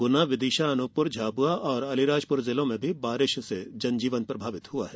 गुना विदिशा अनूपपुर झाबुआ और आलिराजपुर जिलों में भी बारिश से जनजीवन प्रभावित हुआ है